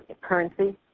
currency